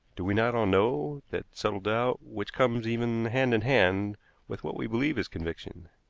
do we not all know that subtle doubt which comes even hand in hand with what we believe is conviction?